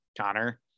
Connor